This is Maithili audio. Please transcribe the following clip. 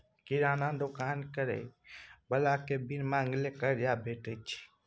किराना दोकान करय बलाकेँ त बिन मांगले करजा भेटैत छै